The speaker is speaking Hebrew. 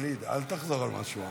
ווליד, אל תחזור על מה שהוא אמר,